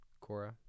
Cora